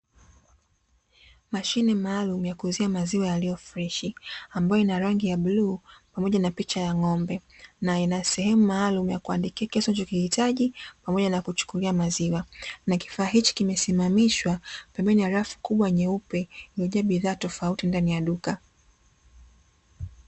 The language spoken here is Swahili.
Mashine maalumu ya kuuzia maziwa yaliyo freshi, ambayo ina rangi ya bluu pamoja na picha ya ng'ombe, na ina sehemu maalumu ya kuandikia kiasi unachokihitaji pamoja na kuchukulia maziwa, na kifaa hichi kimesimamishwa pembeni ya rafu kubwa nyeupe, iliyojaa bidhaa tofauti ndani ya duka.